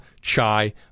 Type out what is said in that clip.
chai